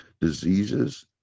Diseases